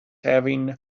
having